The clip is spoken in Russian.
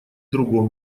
другом